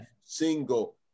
single